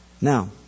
Now